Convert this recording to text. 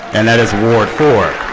and that is ward four.